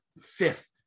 fifth